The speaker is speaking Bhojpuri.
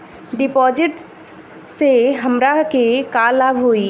डिपाजिटसे हमरा के का लाभ होई?